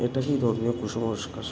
এটাকেই ধর্মীয় কুসংস্কার